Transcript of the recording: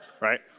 right